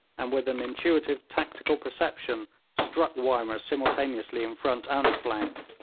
and with an intuitive tactical perception struck wymer simultaneously in front and flank.